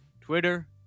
Twitter